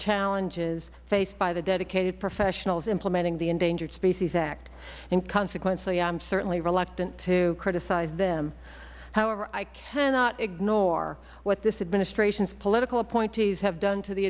challenges faced by the dedicated professionals implementing the endangered species act and consequently i am certainly reluctant to criticize them however i cannot ignore what this administration's political appointees have done to the